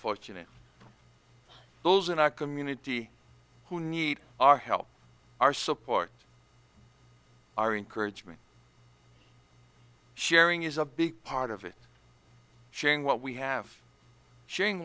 fortunate those in our community who need our help our support are encouraged me sharing is a big part of it sharing what we have sharing